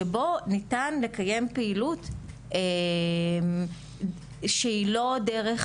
שבו ניתן לקיים פעילות שהיא לא דרך